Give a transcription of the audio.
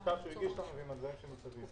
המכתב שהוא הגיש ועם הדברים שמסביב.